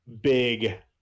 big